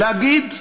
להגיד: